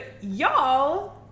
y'all